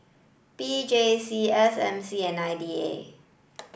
P J C S M C and I D A